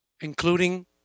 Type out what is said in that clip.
including